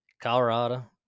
Colorado